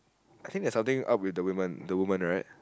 I think that's something up with the woman the woman right